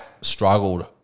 struggled